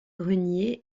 grenier